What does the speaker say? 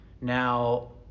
Now